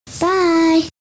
Bye